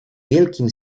wielkim